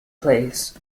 place